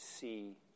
see